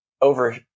over